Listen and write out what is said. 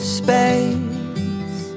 space